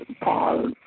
Paul